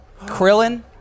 Krillin